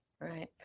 Right